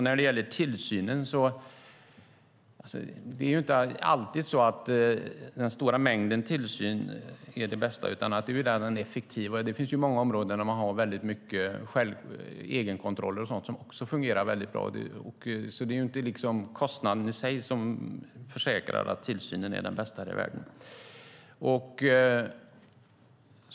När det gäller tillsyn är inte alltid det viktigaste att den sker i stor omfattning utan att den är effektiv. Det finns många områden där man har egenkontroller och liknande som också fungerar väldigt bra. Det är inte kostnaden i sig som säkrar att tillsynen är den bästa.